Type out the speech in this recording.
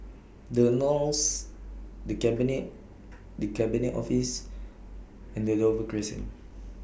The Knolls The Cabinet The Cabinet Office and Dover Crescent